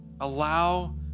Allow